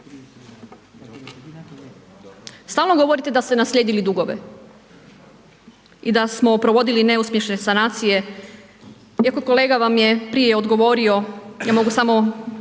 Stalno govorite da ste naslijedili dugove i da smo provodili neuspješne sanacije. Eto kolega vam je prije odgovorio, ja mogu samo